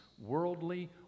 worldly